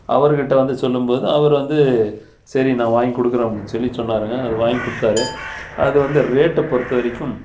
அவர்கிட்ட வந்து சொல்லும்போது அவர் வந்து சரி நான் வாங்கி கொடுக்குறேன் அப்படின்னு சொல்லி சொன்னாருங்க அது வாங்கி கொடுத்தாரு அது வந்து ரேட்டு பொறுத்த வரைக்கும்